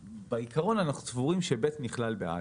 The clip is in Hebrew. בעיקרון אנחנו סבורים ש-(ב) נכלל ב-(א).